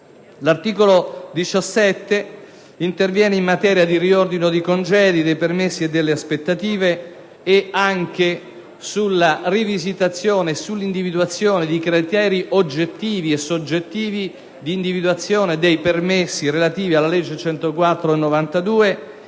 L'articolo 17 interviene in materia di riordino dei congedi, delle aspettative e dei permessi e anche sulla rivisitazione e sull'individuazione di criteri oggettivi e soggettivi per l'attribuzione dei permessi relativi alla legge n. 104